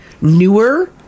newer